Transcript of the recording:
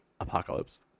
apocalypse